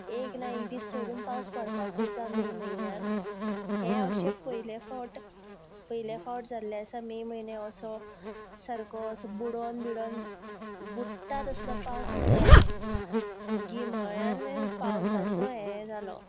एक ना एक दीस सोडून पावस पडपाकच जाय मे म्हयन्यान हें अशें पयले फावट पयले फावट जाल्लें आसा मे म्हयन्यान असो सारको असो बुडून बीडोन बुडटा तसलो पावस पडप गिमाळ्यान पावसाचो हें जालो